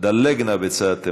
דלג נא בצעד תימני.